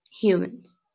humans